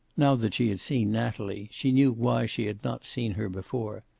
now that she had seen natalie, she knew why she had not seen her before.